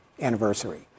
anniversary